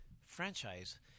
franchise